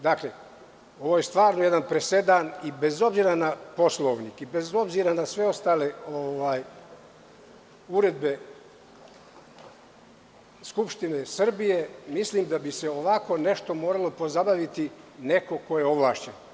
Dakle, ovo je stvarno jedan presedan i bez obzira na Poslovnik i bez obzira na sve ostale uredbe Skupštine Srbije, mislim da bi se ovim trebao pozabaviti neko ko je ovlašćen.